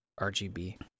RGB